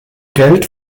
geld